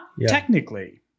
technically